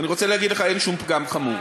אני רוצה להגיד לך: אין שום פגם חמור.